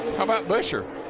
how about buscher.